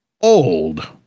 old